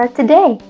today